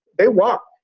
they walked.